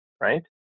right